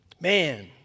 Man